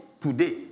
today